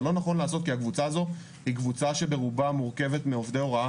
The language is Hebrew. זה לא נכון לעשות כי הקבוצה הזו היא קבוצה שברובה מורכבת מעובדי הוראה